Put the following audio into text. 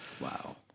Wow